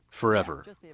forever